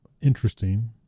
interesting